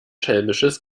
schelmisches